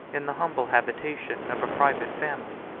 in the humble habitation of a private family.